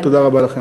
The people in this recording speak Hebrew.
תודה רבה לכם.